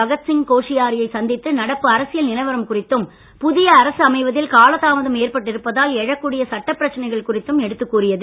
பகத்சிங் கோஷியாரி யை சந்தித்து நடப்பு அரசியல் நிலவரம் குறித்தும் புதிய அரசு அமைவதில் கால தாமதம் ஏற்பட்டு இருப்பதால் எழக் கூடிய சட்டப் பிரச்னைகள் குறித்தும் எடுத்துக் கூறியது